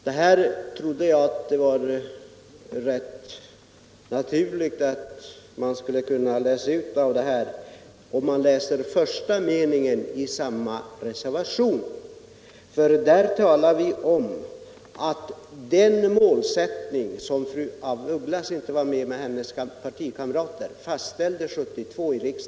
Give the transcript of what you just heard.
Detta trodde jag att hon skulle kunna förstå genom att läsa första meningen i reservationen. Där säger vi att den målsättning som fru af Ugglas partikamrater 1972 — fru af Ugglas var ju själv inte ledamot av riksdagen då — var med om att fastställa har visat sig orealistisk.